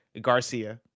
Garcia